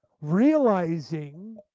realizing